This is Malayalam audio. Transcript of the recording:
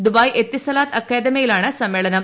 ദുബായ് എത്തിസലാത്ത് അക്കാദമിയിലാണ് സമ്മേളനം